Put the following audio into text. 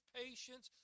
patience